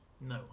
No